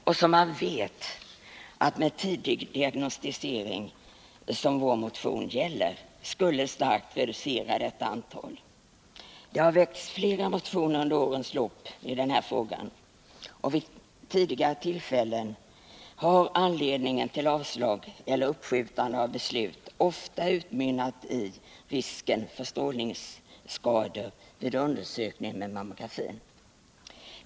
när man vet att man med tidig diagnostisering, som vår motion gäller, skulle starkt kunna reducera detta antal. Det har under årens lopp väckts flera motioner i denna fråga. Vid tidigare tillfällen har anledningen till avslag eller uppskjutande av beslut ofta varit risken för strålningsskador vid undersökning med mammografi.